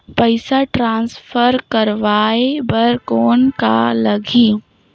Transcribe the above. पइसा ट्रांसफर करवाय बर कौन का लगही?